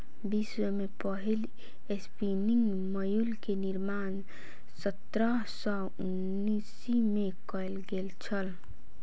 विश्व में पहिल स्पिनिंग म्यूल के निर्माण सत्रह सौ उनासी में कयल गेल छल